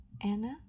Anna